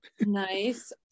Nice